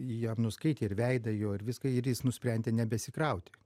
jam nuskaitė ir veidą jo ir viską ir jis nusprendė nebesikrauti